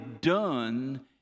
done